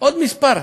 בעוד כמה חודשים,